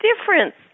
difference